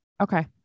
Okay